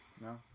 No